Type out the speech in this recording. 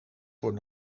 wordt